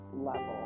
level